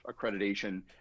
accreditation